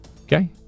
Okay